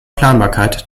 planbarkeit